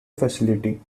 facility